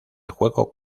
juego